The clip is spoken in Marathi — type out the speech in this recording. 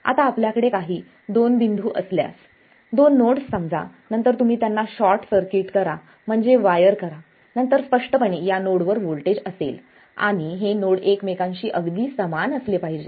आता आपल्याकडे काही दोन बिंदू असल्यास दोन नोड्स समजा नंतर तुम्ही त्यांना शॉर्ट सर्किट करा म्हणजे वायर करा नंतर स्पष्टपणे या नोडवर व्होल्टेज असेल आणि हे नोड एकमेकांशी अगदी समान असले पाहिजेत